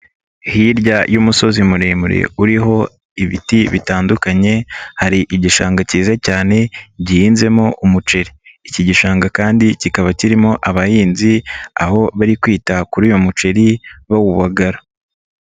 Hirya y'umusozi muremure uriho ibiti bitandukanye hari igishanga kiza cyane gihinzemo umuceri, iki gishanga kandi kikaba kirimo abahinzi aho bari kwita kuri uyu muceri bawubagara.